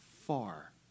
far